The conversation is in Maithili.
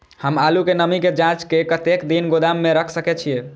हम आलू के नमी के जाँच के कतेक दिन गोदाम में रख सके छीए?